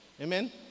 Amen